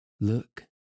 Look